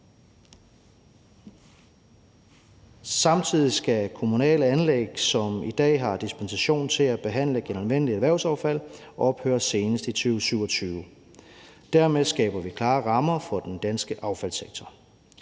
Samtidig skal kommunale anlæg, som i dag har dispensation til at behandle genanvendeligt erhvervsaffald ophøre senest i 2027. Dermed skaber vi klare rammer for den danske affaldssektor.